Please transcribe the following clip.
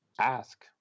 ask